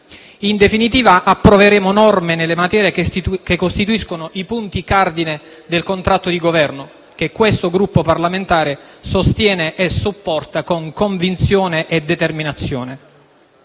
In definitiva, approveremo norme nelle materie che costituiscono i punti cardine del contratto di Governo, che questo Gruppo parlamentare sostiene e supporta con convinzione e determinazione.